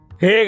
Hey